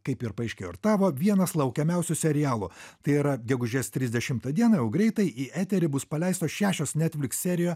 kaip ir paaiškėjo ir tapo vienas laukiamiausių serialų tai yra gegužės trisdešimtą dieną jau greitai į eterį bus paleistos šešios netflix serijų